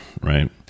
right